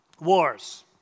Wars